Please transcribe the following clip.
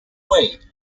way